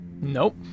Nope